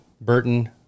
Burton